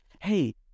Hey